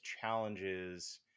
challenges